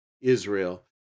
Israel